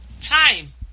time